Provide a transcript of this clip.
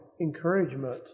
encouragement